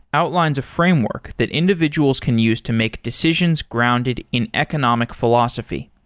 outlines a framework that individuals can use to make decisions grounded in economic philosophy.